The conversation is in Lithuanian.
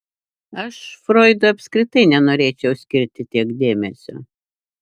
aš froidui apskritai nenorėčiau skirti tiek dėmesio